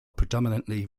predominantly